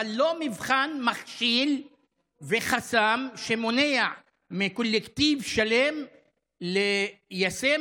אבל לא מבחן מכשיל וחסם שמונע מקולקטיב שלם ליישם